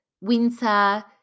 winter